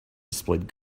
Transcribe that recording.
displayed